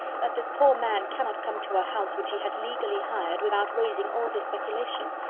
that this poor man cannot come to a house which he has legally hired, without raising all this speculation!